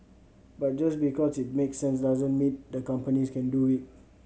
but just because it makes sense doesn't mean the companies can do it